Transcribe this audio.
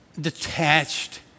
detached